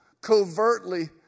covertly